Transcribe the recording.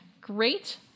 great